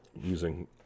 using